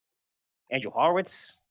andrew horowitz,